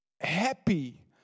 happy